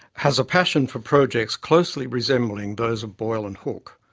has a passion for projects closely resembling those of boyle and hooke.